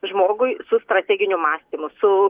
žmogui su strateginiu mąstymu su